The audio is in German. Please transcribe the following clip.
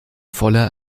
voller